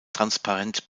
transparent